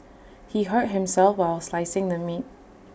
he hurt himself while slicing the meat